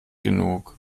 genug